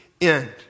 end